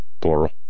Plural